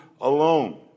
alone